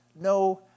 no